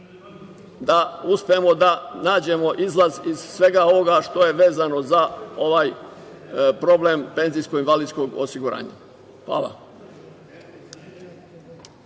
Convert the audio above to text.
da uspemo da nađemo izlaz iz svega ovoga što je vezano za ovaj problem penzijsko-invalidskog osiguranja. Hvala.